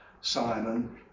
Simon